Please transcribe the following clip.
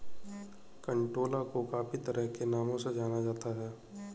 कंटोला को काफी तरह के नामों से जाना जाता है